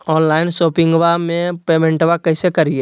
Online शोपिंगबा में पेमेंटबा कैसे करिए?